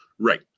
Right